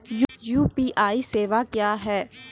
UPI सेवा क्या हैं?